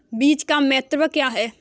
बीज का महत्व क्या है?